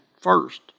first